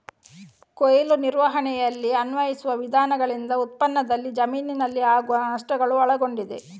ಕೊಯ್ಲು ನಿರ್ವಹಣೆಯಲ್ಲಿ ಅನ್ವಯಿಸುವ ವಿಧಾನಗಳಿಂದ ಉತ್ಪನ್ನದಲ್ಲಿ ಜಮೀನಿನಲ್ಲಿ ಆಗುವ ನಷ್ಟಗಳು ಒಳಗೊಂಡಿದೆ